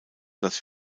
dass